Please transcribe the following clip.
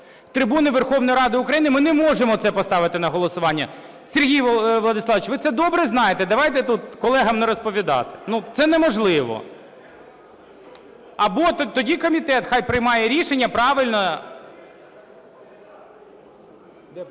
трибуни Верховної Ради України, ми не можемо це поставити на голосування. Сергій Владиславович, ви це добре знаєте, давайте тут колегам не розповідати. Це неможливо. Або тоді комітет хай приймає рішення. Правильно… (Шум